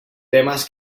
temas